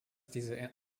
diese